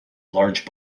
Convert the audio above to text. large